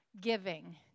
giving